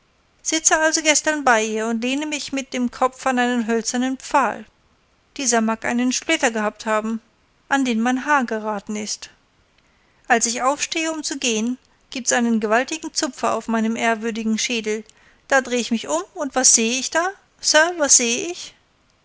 sitze also gestern bei ihr und lehne mich dabei mit dem kopf an einen hölzernen pfahl dieser mag einen splitter gehabt haben an den mein haar geraten ist als ich aufstehe um zu gehen gibt's einen gewaltigen zupfer auf meinem ehrwürdigen schädel da drehe ich mich um und was sehe ich da sir was sehe ich